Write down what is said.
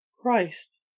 christ